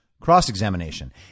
cross-examination